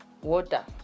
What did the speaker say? Water